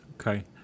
Okay